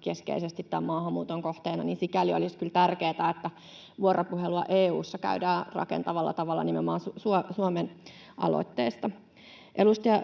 keskeisesti tämän maahanmuuton kohteena, niin että sikäli olisi kyllä tärkeätä, että vuoropuhelua EU:ssa käydään rakentavalla tavalla nimenomaan Suomen aloitteesta.